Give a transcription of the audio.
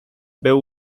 był